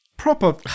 Proper